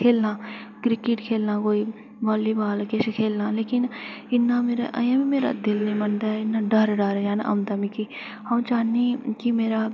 खेढना क्रिकेट खेढना कोई बलीबॉल किश खेढना लेकिन इ'न्ना मेरा अजें बी मेरा मन निं मनदा इ'न्ना डर डर औंदा मिगी अं'ऊ चाह्न्नीं कि मेरा